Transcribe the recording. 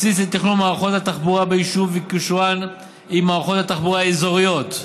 בסיס לתכנון מערכות התחבורה ביישוב וקישורן עם מערכות התחבורה האזוריות,